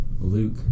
Luke